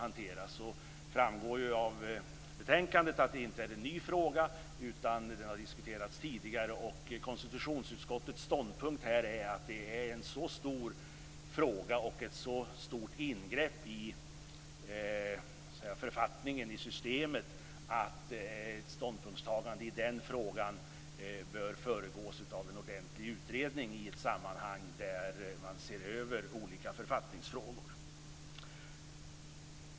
Det framgår av betänkandet att detta inte är en ny fråga, utan den har diskuterats tidigare. Konstitutionsutskottets ståndpunkt är att det är en så stor fråga och ett så stort ingrepp i författningssystemet att ett ståndpunktstagande i den frågan bör föregås av en ordentlig utredning i ett sammanhang där man ser över olika författningsfrågor.